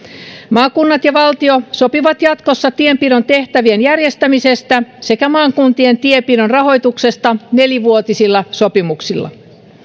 maakunnat ja valtio sopivat jatkossa tienpidon tehtävien järjestämisestä sekä maakuntien tienpidon rahoituksesta neljä vuotisilla sopimuksilla